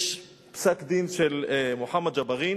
יש פסק-דין של מוחמד ג'בארין,